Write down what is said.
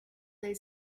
del